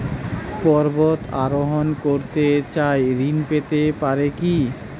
পর্বত আরোহণ করতে চাই ঋণ পেতে পারে কি?